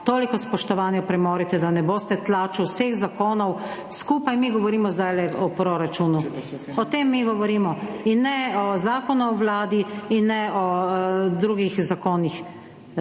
Toliko spoštovanja premorete, da ne boste tlačili vseh zakonov skupaj. Mi govorimo zdajle o proračunu. O tem mi govorimo in ne o zakonu o Vladi in ne o drugih zakonih. Takrat